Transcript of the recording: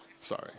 Sorry